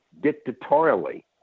dictatorially